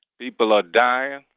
people are dying.